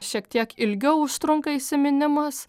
šiek tiek ilgiau užtrunka įsiminimas